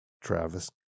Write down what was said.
Travis